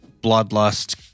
bloodlust